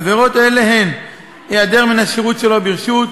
עבירות אלה הן היעדר מן השירות שלא ברשות,